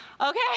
Okay